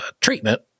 treatment